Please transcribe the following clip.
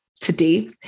today